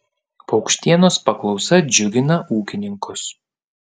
paukštienos paklausa džiugina ūkininkus